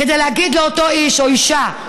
כדי להגיד לאותו איש או אישה,